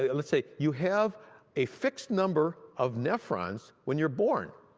ah let's say you have a fixed number of nephrons when you're born.